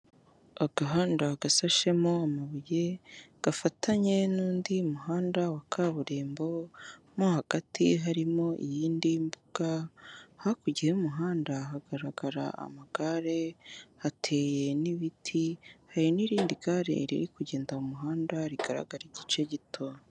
Agahanda gasashemo amabuye gafatanye n'undi muhanda wa kaburimbo, mo hagati harimo iyindi mbuga. Hakurya y'umuhanda hagaragara amagare, hateye n'ibiti, hari n'irindi gare riri kugenda mu muhanda rigaragara igice gito.